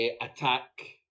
attack